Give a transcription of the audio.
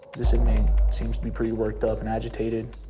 this inmate seems to be pretty worked up and agitated.